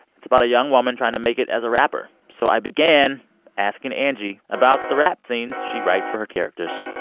it's about a young woman trying to make it as a rapper. so i began asking angie about the rap scenes she writes for her characters